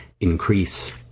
increase